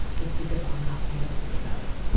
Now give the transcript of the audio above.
it's because i'm not fancy about it.